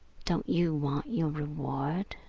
don't you want your reward?